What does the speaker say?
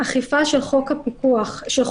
האכיפה של חוק הדיווח